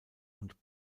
und